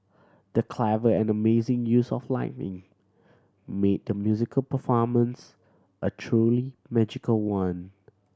the clever and amazing use of lighting made the musical performance a truly magical one